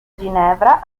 ginevra